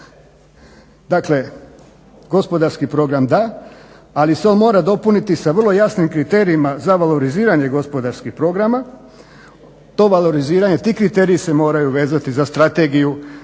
Dakle gospodarski program da, ali se on mora dopuniti sa vrlo jasnim kriterijima za valoriziranje gospodarskih programa. To valoriziranje, ti kriteriji se moraju vezati za strategiju,